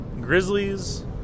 Grizzlies